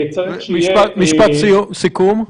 משפט סיכום.